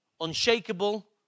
unshakable